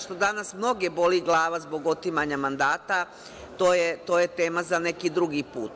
Što danas mnoge boli glava zbog otimanja mandata, to je tema za neki drugi put.